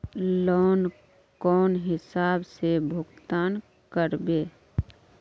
Loan कौन हिसाब से भुगतान करबे?